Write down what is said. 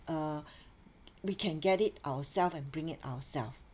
uh we can get it ourself and bring it ourself